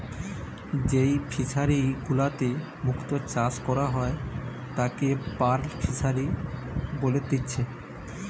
যেই ফিশারি গুলাতে মুক্ত চাষ করা হয় তাকে পার্ল ফিসারী বলেতিচ্ছে